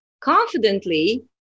confidently